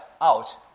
out